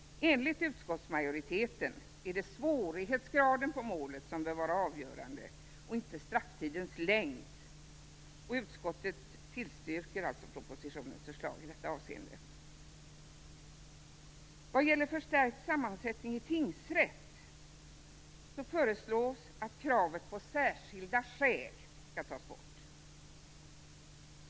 Enligt utskottsmajoriteten är det målets svårighetsgrad som bör vara avgörande, inte strafftidens längd. Utskottet tillstyrker alltså propositionens förslag i detta avseende. Vad gäller en förstärkt sammansättning i tingsrätt föreslås att kravet på särskilda skäl skall tas bort.